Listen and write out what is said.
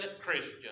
Christian